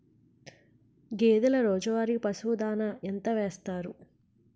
గేదెల రోజువారి పశువు దాణాఎంత వేస్తారు?